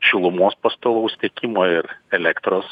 šilumos pastovaus tiekimo ir elektros